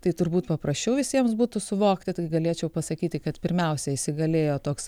tai turbūt paprasčiau visiems būtų suvokti tai galėčiau pasakyti kad pirmiausia įsigalėjo toks